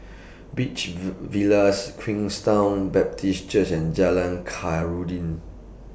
Beach Villas Queenstown Baptist Church and Jalan Khairuddin